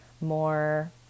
more